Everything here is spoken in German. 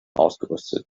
ausgerüstet